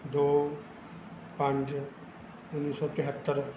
ਦੋ ਪੰਜ ਉੱਨੀ ਸੌ ਤਿਹੱਤਰ